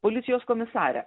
policijos komisarę